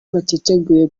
batiteguye